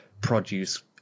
produce